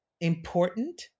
important